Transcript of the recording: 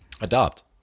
Adopt